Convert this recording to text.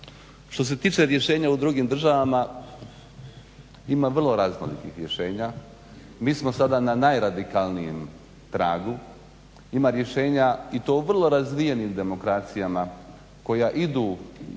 Što se tiče rješenja u drugim državama ima vrlo raznolikih rješenja. Mi smo sada na najradikalnijem tragu. Ima rješenja i to u vrlo razvijenim demokracijama koja idu